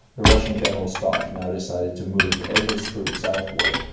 the russian general staff now decided to move evert's troops southward,